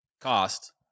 cost